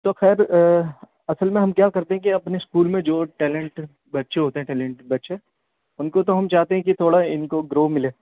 تو خیر اصل میں ہم کیا کرتے ہیں کہ اپنے اسکول میں جو ٹیلنٹ بچے ہوتے ہیں ٹیلنٹ بچے ان کو تو ہم چاہتے ہیں کہ تھوڑا ان کو گرو ملے